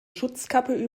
schutzkappe